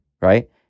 right